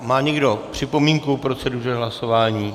Má někdo připomínku k proceduře hlasování?